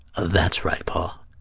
that's right, paul.